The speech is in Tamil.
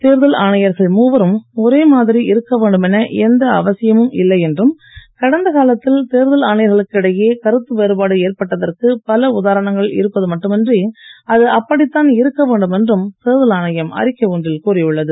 தேர்தல் ஆணையர்கள் மூவரும் ஒரே மாதிரி இருக்க வேண்டும் என எந்த அவசியமும் இல்லை என்று கடந்த காலத்தில் தேர்தல் ஆணையர்களுக்கு இடையே கருத்து வேறுபாடு ஏற்பட்டதற்கு பல உதாரணங்கள் இருப்பது மட்டுமின்றி அது அப்படித்தான் இருக்க வேண்டும் என்றும் தேர்தல் ஆணையம் அறிக்கை ஒன்றில் கூறியுள்ளது